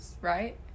right